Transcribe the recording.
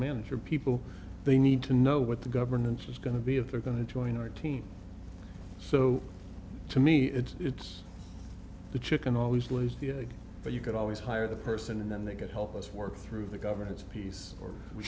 manager people they need to know what the governance is going to be if they're going to join our team so to me it's the chicken always lays the egg but you could always hire the person and then they can help us work through the governance piece or we